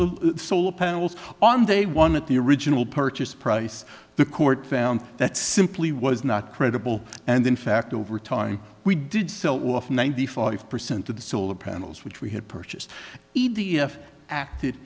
the solar panels on day one at the original purchase price the court found that simply was not credible and in fact over time we did sell off ninety five percent of the solar panels which we had purchased e d f acted